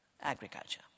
agriculture